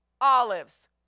olives